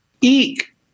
Eek